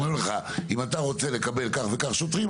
אומרים לך אם אתה רוצה לקבל כך וכך שוטרים,